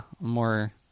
more